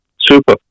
super